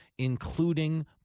including